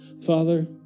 Father